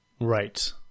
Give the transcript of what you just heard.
Right